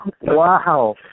Wow